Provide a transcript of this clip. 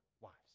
wives